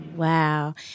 Wow